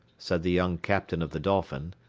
said the young captain of the dolphin.